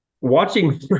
watching